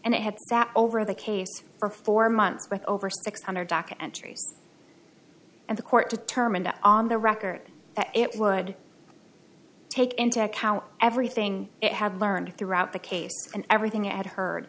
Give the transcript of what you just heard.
and i have that over the case for four months with over six hundred dock entries and the court determined on the record that it would take into account everything it had learned throughout the case and everything at heard